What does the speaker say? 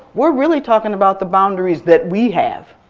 we're really talking about the boundaries that we have,